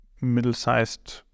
middle-sized